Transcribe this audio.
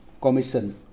commission